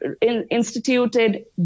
instituted